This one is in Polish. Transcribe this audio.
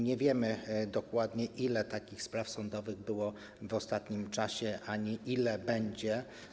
Nie wiemy dokładnie, ile takich spraw sądowych było w ostatnim czasie, ani ile będzie.